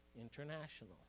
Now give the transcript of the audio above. International